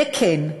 וכן,